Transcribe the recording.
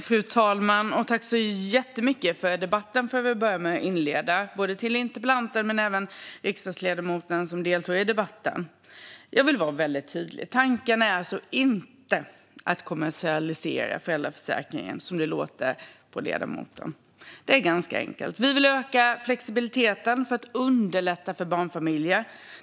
Fru talman! Jag vill tacka både interpellanten och den andra riksdagsledamoten som deltog så jättemycket för debatten. Jag vill vara väldigt tydlig. Tanken är inte , som det låter på ledamoten, att kommersialisera föräldraförsäkringen. Det är ganska enkelt. Vi vill öka flexibiliteten för att underlätta för barnfamiljer.